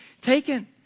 taken